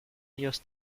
ellos